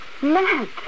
Matt